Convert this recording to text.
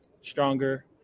stronger